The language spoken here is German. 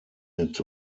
mit